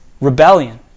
rebellion